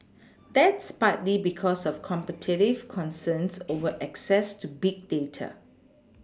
that's partly because of competitive concerns over access to big data